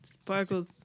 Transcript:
sparkles